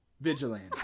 Vigilante